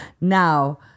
Now